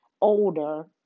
older